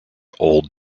old